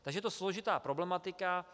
Takže je to složitá problematika.